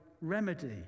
remedy